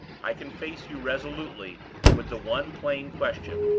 i can face you resolutely with the one plain question,